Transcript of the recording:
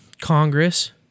Congress